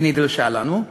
והיא נדרשה לנו,